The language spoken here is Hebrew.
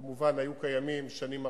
כמובן, היו קיימים שנים ארוכות,